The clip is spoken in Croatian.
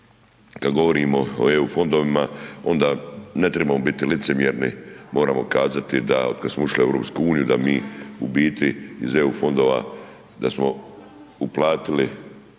kad govorimo o EU fondovima, onda ne trebamo biti licemjerni, moramo kazati da kad smo ušli u EU da mi u biti iz EU fondova, da smo uplatili